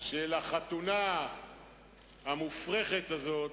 של החתונה המופרכת הזאת,